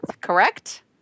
correct